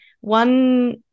one